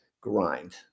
grind